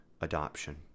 adoption